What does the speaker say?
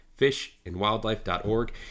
fishandwildlife.org